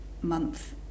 month